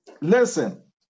Listen